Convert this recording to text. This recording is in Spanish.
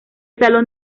salón